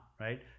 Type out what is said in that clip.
right